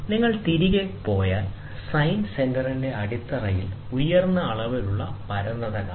നിങ്ങൾ തിരികെ പോയാൽ സൈൻ സെന്ററിന്റെ അടിത്തറയിൽ ഉയർന്ന അളവിലുള്ള പരന്നത കാണാം